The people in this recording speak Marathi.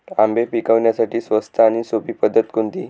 आंबे पिकवण्यासाठी स्वस्त आणि सोपी पद्धत कोणती?